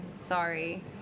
sorry